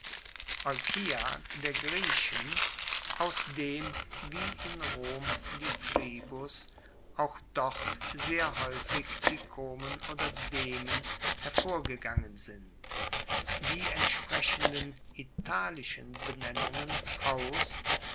der griechen aus dem wie in rom die tribus auch dort sehr haeufig die komen oder demen hervorgegangen sind die entsprechenden italischen benennungen haus